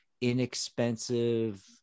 inexpensive